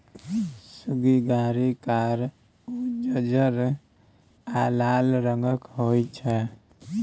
सुग्गरि कार, उज्जर आ लाल रंगक होइ छै